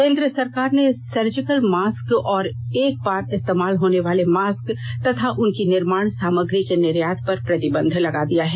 केन्द्र सरकार ने सर्जिकल मास्क और एक बार इस्तेमाल होने वाले मास्क तथा उनकी निर्माण सामग्री के निर्यात पर प्रतिबंध लगा दिया है